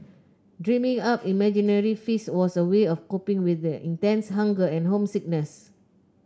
dreaming up imaginary feasts was a way of coping with the intense hunger and homesickness